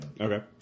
Okay